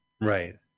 Right